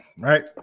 right